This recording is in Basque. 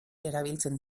erabiltzen